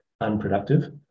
unproductive